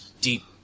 deep